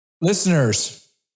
listeners